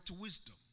wisdom